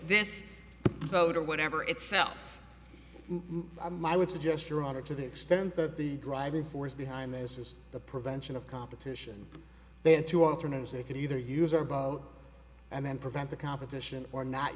this boat or whatever itself i'm i would suggest your honor to the extent that the driving force behind this is the prevention of competition there are two alternatives they could either use or about and then prevent the competition or not